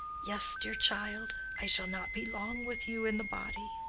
yes, dear child, i shall not be long with you in the body,